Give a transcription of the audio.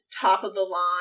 top-of-the-line –